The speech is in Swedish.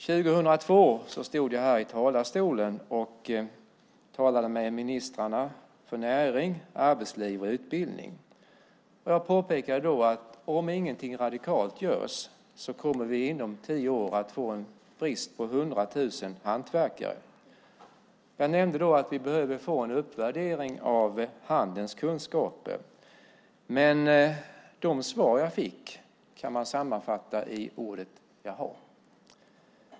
År 2002 stod jag här i talarstolen och talade med ministrarna för näring, arbetsliv och utbildning. Jag påpekade då att om inget radikalt görs kommer vi inom tio år att ha en brist på 100 000 hantverkare. Jag nämnde att vi behöver få en uppvärdering av handens kunskaper. Men de svar jag fick kan man sammanfatta i ordet "jaha".